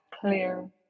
clear